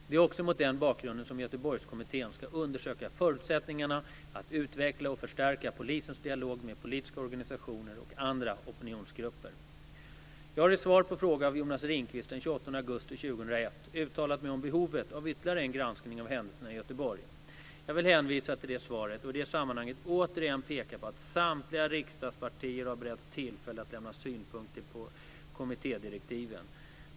Det är också mot den bakgrunden som Göteborgskommittén ska undersöka förutsättningarna att utveckla och förstärka polisens dialog med politiska organisationer och andra opinionsgrupper. Jag har i svar på fråga av Jonas Ringqvist den 28 augusti 2001 uttalat mig om behovet av ytterligare en granskning av händelserna i Göteborg. Jag vill hänvisa till det svaret och i det sammanhanget återigen peka på att samtliga riksdagspartier har beretts tillfälle att lämna synpunkter på kommittédirektiven.